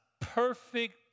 perfect